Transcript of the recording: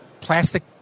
plastic